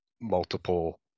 multiple